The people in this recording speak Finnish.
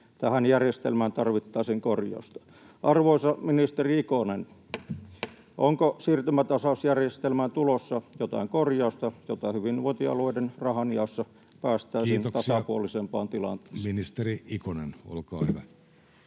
Tähän järjestelmään tarvittaisiin korjausta. Arvoisa ministeri Ikonen, onko siirtymätasausjärjestelmään tulossa jotain korjausta, jotta hyvinvointialueiden rahanjaossa päästäisiin tasapuolisempaan tilanteeseen? [Speech 84] Speaker: Jussi